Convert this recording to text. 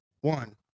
one